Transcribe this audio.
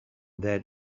that